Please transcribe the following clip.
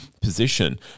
position